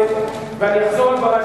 ואני אחזור על דברי,